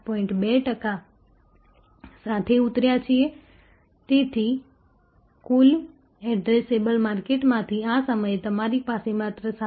2 ટકા સાથે ઉતર્યા છીએ તેથી કુલ એડ્રેસેબલ માર્કેટમાંથી આ સમયે તમારી પાસે માત્ર 7